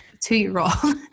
two-year-old